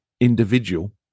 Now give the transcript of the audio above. individual